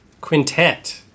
Quintet